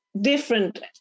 different